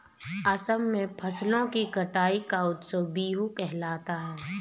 असम में फसलों की कटाई का उत्सव बीहू कहलाता है